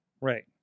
Right